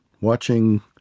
watching